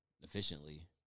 efficiently